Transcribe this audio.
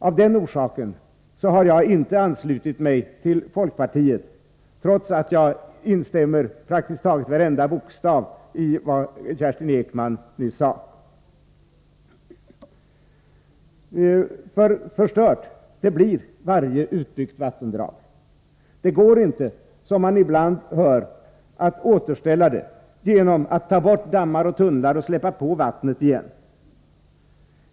Av den orsaken har jag inte anslutit mig till folkpartiets förslag, trots att jag instämmer praktiskt taget i varenda bokstav i vad Kerstin Ekman nyss sade. Förstört blir nämligen varje utbyggt vattendrag. Det går inte, som man ibland hör, att återställa det genom att ta bort dammar och tunnlar och släppa på vattnet igen.